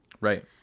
right